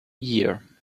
year